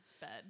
bed